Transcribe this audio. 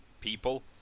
people